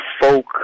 folk